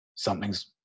something's